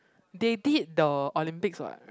they did the Olympics what